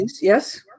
Yes